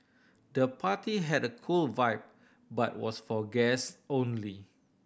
the party had a cool vibe but was for guests only